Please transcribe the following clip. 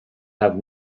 have